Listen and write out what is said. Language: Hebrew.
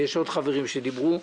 ויש עוד חברים שדיברו.